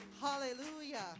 Hallelujah